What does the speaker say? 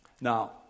Now